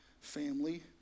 family